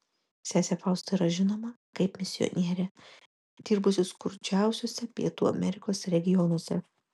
sesė fausta yra žinoma kaip misionierė dirbusi skurdžiausiuose pietų amerikos regionuose